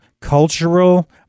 cultural